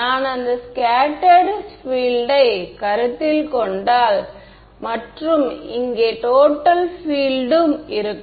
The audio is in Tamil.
நான் இந்த ஸ்கேட்டர்டு பீல்ட் யை கருத்தில் கொண்டால் மற்றும் இங்கே டோட்டல் பீல்ட் ம் இருக்கும்